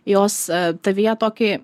jos tavyje tokį